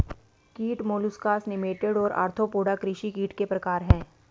कीट molluscs nematode और arthropoda कृषि कीट के प्रकार हैं